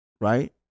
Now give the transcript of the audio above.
right